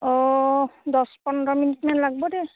অ' দহ পোন্ধৰ মিনিটমান লাগিব দেই